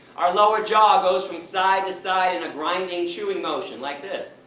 our lower jaw goes from side to side in a grinding chewing motion, like this.